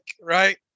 Right